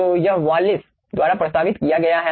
तो यह वालिस द्वारा प्रस्तावित किया गया है